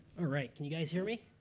can you guys hear me?